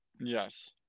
Yes